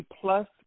plus